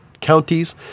counties